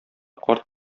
карт